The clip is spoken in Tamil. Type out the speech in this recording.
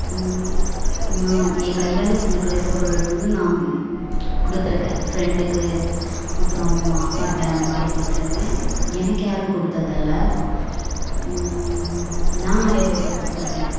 நான் என் கையால் செஞ்ச கலைப்பொருள் வந்து நான் கொடுத்துருக்கேன் ஃப்ரெண்டுக்கு அப்புறோம் அப்பாகிட்ட அந்தமாதிரி கொடுத்துருக்கேன் எனக்கு யாரும் கொடுத்ததில்ல நான் நிறைய பேர்க்கு கொடுத்துருக்கேன்